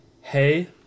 Hey